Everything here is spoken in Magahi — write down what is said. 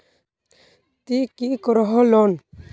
ती की करोहो लोन?